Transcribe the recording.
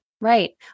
Right